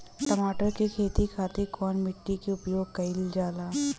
टमाटर क खेती खातिर कवने मिट्टी के उपयोग कइलजाला?